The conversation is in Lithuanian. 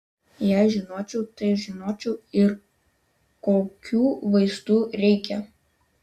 jei žinočiau tai žinočiau ir kokių vaistų reikia